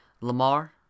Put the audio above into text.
Lamar